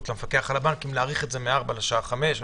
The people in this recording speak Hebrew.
למפקח על הבנקים להאריך את זה מ-16:00 לשעה 17:00,